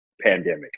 pandemic